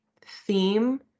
theme